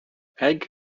eggs